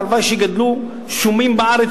הלוואי שיגדלו שומים בארץ,